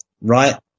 right